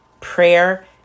Prayer